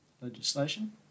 legislation